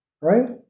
right